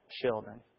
children